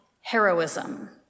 heroism